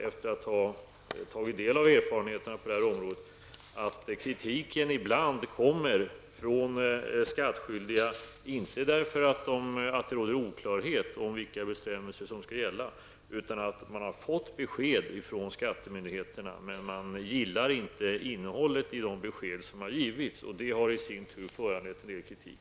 Efter att tagit del av erfarenheterna på detta område är mitt intryck att kritik ibland kommer från skattskyldiga inte på grund av att det råder oklarhet om vilka bestämmelser som skall gälla, utan därför att man fått besked från skattemyndigheterna men inte gillar innehållet i de besked som givits. Detta har i sin tur föranlett en del kritik.